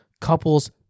couples